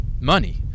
money